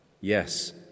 Yes